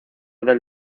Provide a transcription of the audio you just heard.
del